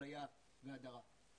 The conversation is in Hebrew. אפליה והדרה.